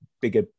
bigger